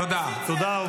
תודה.